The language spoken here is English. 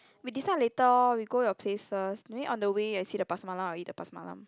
we decide later loh we go your place first maybe on the way I see the Pasar-Malam I'll eat the Pasar-Malam